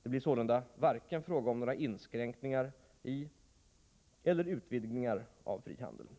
Det blir sålunda varken fråga om några inskränkningar i eller utvidgningar av frihandeln.